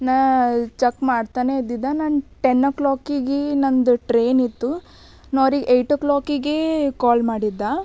ನಾ ಚಕ್ ಮಾಡ್ತಾನೆ ಇದ್ದಿದ್ದೆ ನಾನು ಟೆನ್ ಓ ಕ್ಲಾಕಿಗೆ ನಂದು ಟ್ರೇನ್ ಇತ್ತು ನಾ ಅವ್ರಿಗೆ ಏಯ್ಟ್ ಓ ಕ್ಲಾಕಿಗೇ ಕಾಲ್ ಮಾಡಿದ್ದೆ